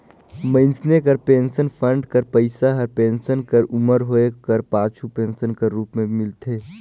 मइनसे कर pension fund कर पइसा हर पेंसन कर उमर होए कर पाछू पेंसन कर रूप में मिलथे